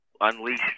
unleash